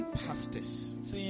pastors